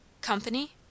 Company